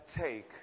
take